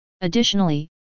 Additionally